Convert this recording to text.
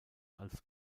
als